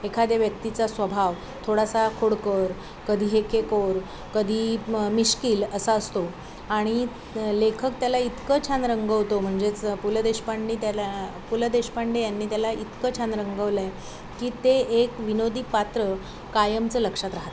एखाद्या व्यक्तीचा स्वभाव थोडासा खोडकर कधी हेकेकोर कधी मिश्किल असा असतो आणि लेखक त्याला इतकं छान रंगवतो म्हणजेच पु ल देशपांडे त्याला पु ल देशपांडे यांनी त्याला इतकं छान रंगवलं आहे की ते एक विनोदी पात्र कायमचं लक्षात राहतात